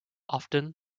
often